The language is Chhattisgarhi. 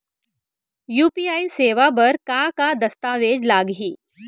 यू.पी.आई सेवा बर का का दस्तावेज लागही?